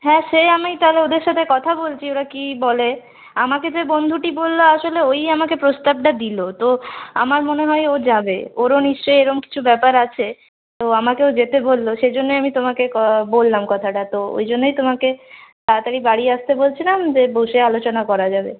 হ্যাঁ সে আমি তা হলে ওদের সাথে কথা বলছি ওরা কী বলে আমাকে যে বন্ধুটি বলল আসলে ওই আমাকে প্রস্তাবটা দিল তো আমার মনে হয় ও যাবে ওরও নিশ্চয়ই এ রকম কিছু ব্যাপার আছে তো আমাকেও যেতে বলল সেই জন্যই আমি তোমাকে বললাম কথাটা ওই জন্যই তোমাকে তাড়াতাড়ি বাড়ি আসতে বলছিলাম যে বসে আলোচনা করা যাবে